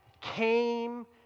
came